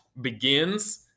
begins